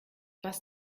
was